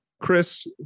Chris